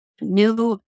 new